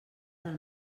del